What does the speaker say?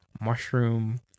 mushroom